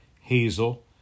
hazel